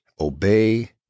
obey